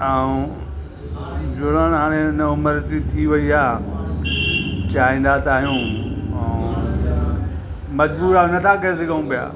ऐं जुड़ण हाणे न उमिरि एतिरी थी वई आहे चाहींदा त आहियूं मजबूरु आहे नथा करे सघूं पिया